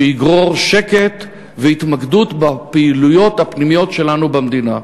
שיגרור שקט והתמקדות בפעילויות הפנימיות שלנו במדינה.